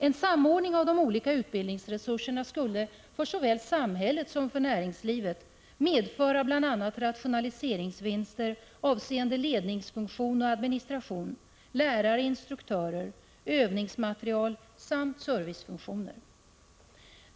En samordning av de olika utbildningsresurserna skulle för såväl samhället som för näringslivet medföra bl.a. rationaliseringsvinster avseende ledningsfunktion och administration, lärare/instruktörer, övningsmateriel samt servicefunktioner.